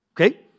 Okay